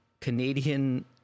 Canadian